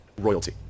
royalty